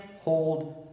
hold